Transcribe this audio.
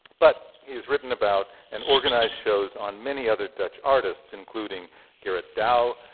but, he has written about and organized shows on many other dutch artists including gerrit dou,